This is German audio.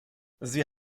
sie